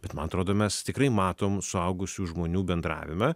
bet man atrodo mes tikrai matom suaugusių žmonių bendravime